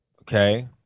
okay